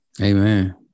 Amen